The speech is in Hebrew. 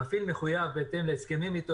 המפעיל מחויב בהתאם להסכמים איתו,